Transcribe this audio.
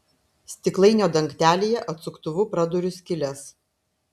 stiklainio dangtelyje atsuktuvu praduriu skyles